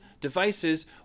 devices